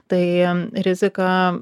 tai rizika